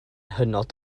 hynod